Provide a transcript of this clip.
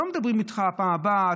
לא מדברים איתך: בפעם הבאה,